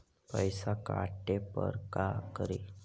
पैसा काटे पर का करि?